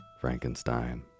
Frankenstein